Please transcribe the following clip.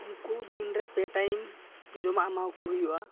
ᱩᱱᱠᱚ ᱫᱤᱱᱨᱮ ᱯᱮ ᱴᱟᱭᱤᱢ ᱡᱚᱢᱟᱜ ᱮᱢᱟᱣᱠᱚ ᱦᱩᱭᱩᱜᱼᱟ